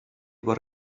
were